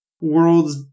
worlds